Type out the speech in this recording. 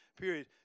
period